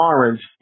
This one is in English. Orange